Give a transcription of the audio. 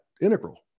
Integral